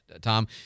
Tom